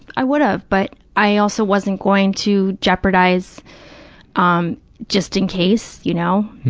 i would have, but i also wasn't going to jeopardize um just in case, you know.